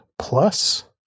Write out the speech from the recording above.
Plus